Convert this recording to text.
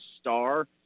star